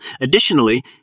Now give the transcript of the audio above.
Additionally